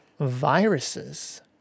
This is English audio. Viruses